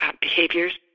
behaviors